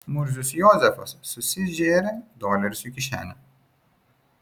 murzius jozefas susižėrė dolerius į kišenę